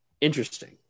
interesting